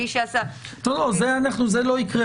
זה לא יקרה.